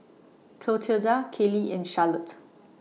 Clotilda Kayley and Charlotte